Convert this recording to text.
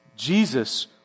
Jesus